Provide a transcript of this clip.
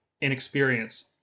inexperience